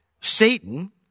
Satan